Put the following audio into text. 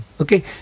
Okay